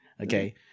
Okay